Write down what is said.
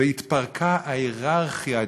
והתפרקה ההייררכיה,